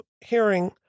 hearing